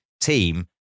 team